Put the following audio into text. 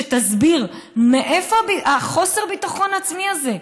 שתסביר מאיפה חוסר הביטחון העצמי הזה.